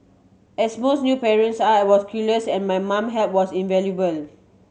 as most new parents are I was clueless and my mum help was invaluable